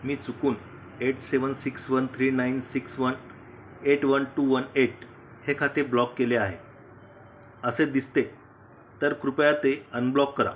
मी चुकून eight seven six one three nine six one eight one two one eight हे खाते block केले आहे असे दिसते तर कृपया ते अनब्लॉक करा